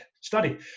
study